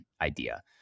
idea